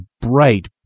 bright